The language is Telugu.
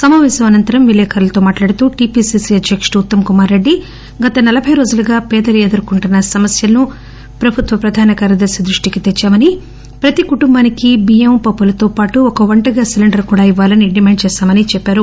సమాపేశం అనంతరం విలేఖరులతో మాట్లాడుతూ టిపిసిసి అధ్యక్షుడు ఉత్తమ్ కుమార్ రెడ్డి గత నలబై రోజులుగా పేదలు ఎదుర్కొంటున్న సమస్యలను ప్రభుత్వ ప్రధాన కార్యదర్శి దృష్టికి తెచ్చామని ప్రతి కుటుంబానికి బియ్యం పప్పులతో పాటు ఒక వంట గ్యాస్ సిలిండర్ కూడా ఇవ్వాలని ఆయన డిమాండ్ చేశామని చెప్పారు